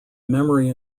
memory